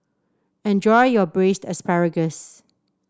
enjoy your Braised Asparagus